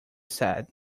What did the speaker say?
said